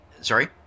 sorry